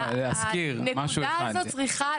הנקודה הזאת צריכה,